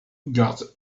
got